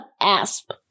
asp